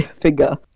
figure